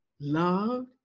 loved